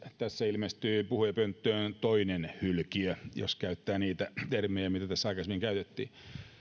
tässä ilmestyy puhujapönttöön toinen hylkiö jos käyttää niitä termejä mitä tässä aikaisemmin käytettiin